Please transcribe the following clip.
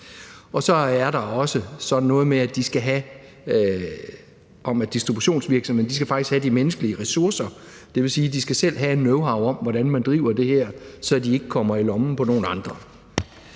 Så er der også noget med, at distributionsvirksomhederne faktisk skal have de menneskelige ressourcer, og det vil sige, at de selv skal have knowhow om, hvordan man driver det her, så de ikke kommer i lommen på nogen andre.